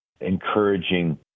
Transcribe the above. encouraging